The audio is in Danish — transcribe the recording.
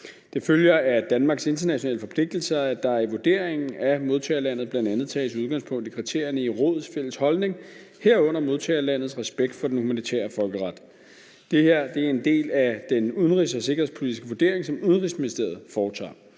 Det følger af Danmarks internationale forpligtelser, at der i vurderingen af modtagerlandet bl.a. tages udgangspunkt i kriterierne i Rådets fælles holdning, herunder modtagerlandets respekt for den humanitære folkeret. Det her er en del af den udenrigs- og sikkerhedspolitiske vurdering, som Udenrigsministeriet foretager.